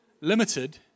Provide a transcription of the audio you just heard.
limited